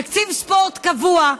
תקציב ספורט קבוע,